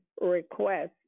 request